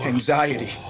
Anxiety